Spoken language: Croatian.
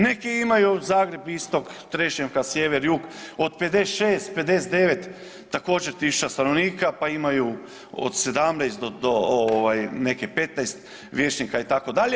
Neki imaju Zagreb istok – Trešnjevka sjever –jug od 56, 59 također tisuća stanovnika, pa imaju od 17 do neke 15 vijećnika itd.